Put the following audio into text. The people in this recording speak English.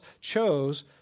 chose